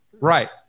Right